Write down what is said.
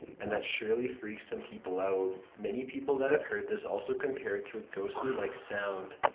and that surely freaks some people out. many people that have heard this also compare it to a ghostly like sound,